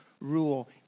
rule